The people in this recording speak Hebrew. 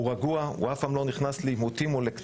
הוא רגוע והוא אף פעם לא נכנס לעימותים או לקצרים.